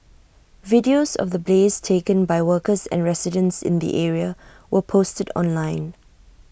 videos of the blaze taken by workers and residents in the area were posted online